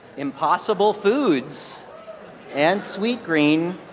impossible foods and sweetgreens